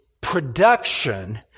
production